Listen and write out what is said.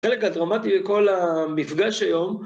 החלק הדרמטי בכל המפגש היום